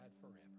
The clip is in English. forever